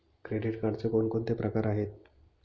Credit कार्डचे कोणकोणते प्रकार आहेत?